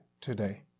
today